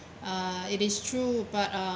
err it is true but uh